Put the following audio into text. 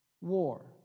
war